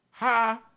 Hi